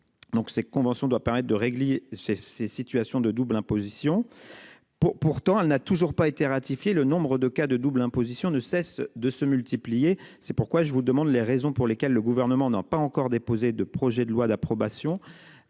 Donc, cette convention doit permettre de régler ces ces situations de double imposition. Pour pourtant elle n'a toujours pas été ratifié le nombre de cas de double imposition ne cessent de se multiplier. C'est pourquoi je vous demande les raisons pour lesquelles le gouvernement n'a pas encore déposé de projet de loi d'approbation